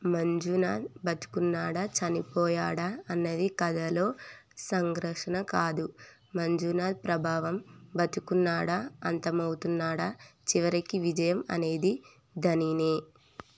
మంజునాథ్ బతికున్నాడా చనిపోయాడా అన్నది కథలో సంఘర్షణ కాదు మంజునాథ్ ప్రభావం బ్రతికి ఉన్నాదా అంతమవుతున్నాదా చివరికి విజయం అనేది దానినే